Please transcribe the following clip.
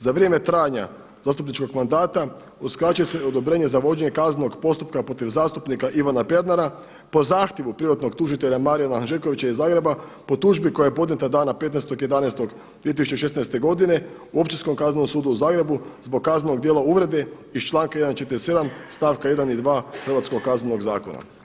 Za vrijeme trajanja zastupničkog mandata uskraćuje se odobrenje za vođenje kaznenog postupka protiv zastupnika Ivana Pernara po zahtjevu privatnog tužitelja Marijana Hanžekovića iz Zagreba po tužbi koja je podnijeta dana 15.11.2016. u Općinskom kaznenom sudu u Zagrebu zbog kaznenog djela uvrede iz članka 47. stavka 1.i 2. hrvatskog Kaznenog zakona.